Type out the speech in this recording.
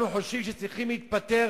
אנחנו חושבים שצריכים להיפטר